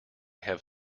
have